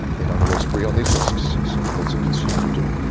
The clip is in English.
they don't always agree on these risks. so what's a consumer to do?